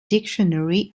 dictionary